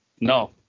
no